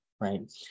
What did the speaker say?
right